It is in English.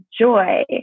joy